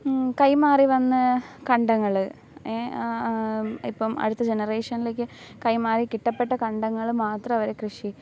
കൈമാറി വന്ന കണ്ടങ്ങൾ ഏ ആ ഇപ്പം അടുത്ത ജനറേഷനിലേക്ക് കൈമാറി കിട്ടപ്പെട്ട കണ്ടങ്ങൾ മാത്രം അവർ കൃഷി